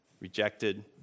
rejected